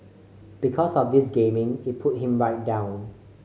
because of this gaming it pulled him right down